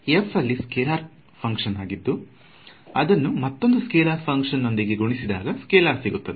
f ಇಲ್ಲಿ scalar function ಆಗಿದ್ದು ಅದನ್ನು ಮತ್ತೊಂದು ಸ್ಕೆಲಾರ್ ಫ್ಹಂಕ್ಷನ್ ನೊಂದಿಗೆ ಗುಣಿಸಿದಾಗ ಸ್ಕೆಲಾರ್ ಸಿಗುತ್ತದೆ